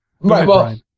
Right